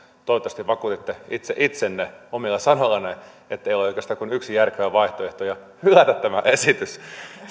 toivottavasti vakuutitte itse itsenne omilla sanoillanne että ei ole oikeastaan kuin yksi järkevä vaihtoehto eli hylätä tämä esitys